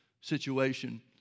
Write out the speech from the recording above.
situation